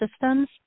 systems